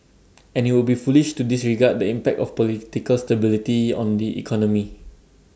and IT would be foolish to disregard the impact of political stability on the economy